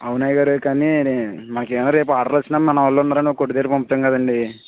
అవునయ్య గారు కానీ మాకేమైనా రేపు ఆర్డర్ వచ్చినా మన వాళ్ళందరిని కొట్టు దగ్గరికి పంపుతాము కదండీ